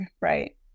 right